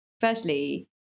Firstly